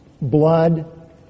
blood